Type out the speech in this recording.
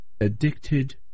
addicted